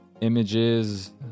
images